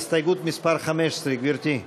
הסתייגות מס' 15, גברתי.